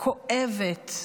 כואבת,